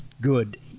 good